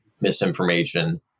misinformation